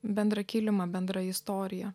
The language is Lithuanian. bendrą kilimą bendrą istoriją